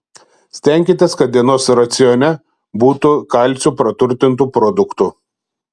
stenkitės kad dienos racione būtų kalciu praturtintų produktų